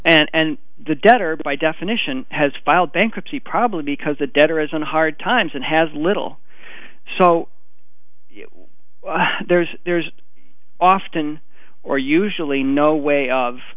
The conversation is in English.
and the debtor by definition has filed bankruptcy probably because the debtor is on hard times and has little so there's there's often or usually no way of